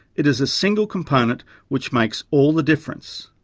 it is a single component which makes all the difference.